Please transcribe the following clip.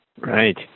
Right